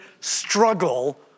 struggle